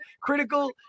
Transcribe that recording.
critical